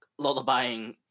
lullabying